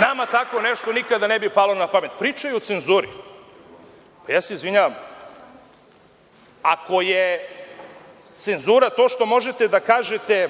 Nama tako nešto nikada ne bi palo na pamet. Pričaju o cenzuri. Pa ja se izvinjavam, ako je cenzura to što možete da kažete